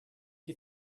you